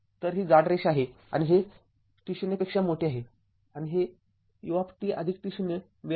तर ही जाड रेषा आहे आणि हे t0 आहे आणि ही ut t0 वेळ आहे